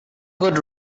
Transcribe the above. could